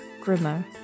grimmer